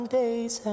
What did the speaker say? days